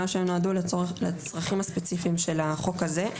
שהן נועדו לצרכים הספציפיים של החוק הזה.